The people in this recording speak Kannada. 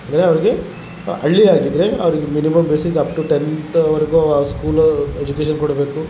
ಅಂದರೆ ಅವ್ರಿಗೆ ಹಳ್ಳಿಯಾಗಿದ್ರೆ ಅವರಿಗೆ minimum basic up to tenth ವರೆಗು ಸ್ಕೂಲ ಎಜುಕೇಷನ್ ಕೊಡಬೇಕು